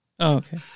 okay